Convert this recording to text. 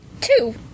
Two